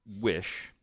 wish